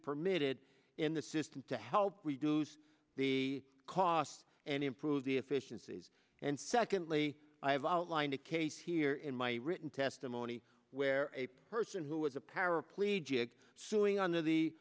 permitted in the system to help reduce the costs and improve the efficiencies and secondly i have outlined a case here in my written testimony where a person who was a paraplegic suing under